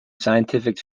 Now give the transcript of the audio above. scientific